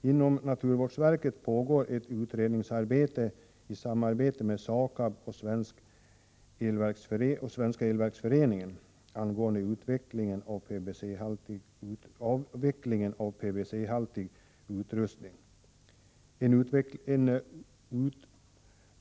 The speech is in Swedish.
Inom naturvårdsverket pågår ett utredningsarbete i samarbete med SAKAB och Svenska elverksföreningen angående avvecklingen av PCB-haltig utrustning.